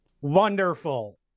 Wonderful